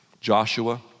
Joshua